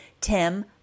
Tim